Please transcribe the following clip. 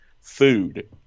food